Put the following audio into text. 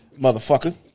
motherfucker